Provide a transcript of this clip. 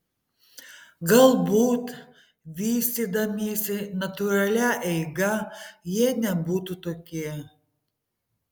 galbūt vystydamiesi natūralia eiga jie nebūtų tokie